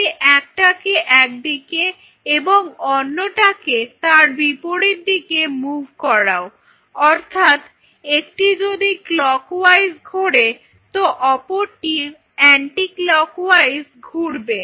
তুমি একটাকে একদিকে এবং অন্যটাকে তার বিপরীত দিকে মুভ্ করাও অর্থাৎ একটি যদি ক্লকওয়াইজ ঘোরে তো অপরটি অ্যান্টি ক্লকওয়াইজ ঘুরবে